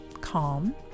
calm